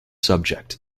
subject